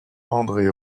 andré